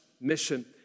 mission